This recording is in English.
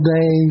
Day